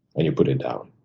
and you put it down.